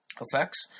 effects